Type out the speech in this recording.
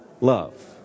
love